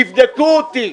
תבדקו אותי,